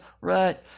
right